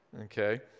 okay